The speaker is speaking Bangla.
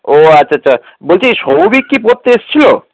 ও আচ্ছা আচ্ছা বলছি শৌভিক কি পড়তে এসছিল